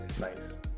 Nice